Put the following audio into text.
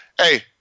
Hey